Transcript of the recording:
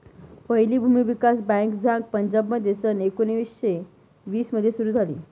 पहिली भूमी विकास बँक झांग पंजाबमध्ये सन एकोणीसशे वीस मध्ये सुरू झाली